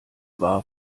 war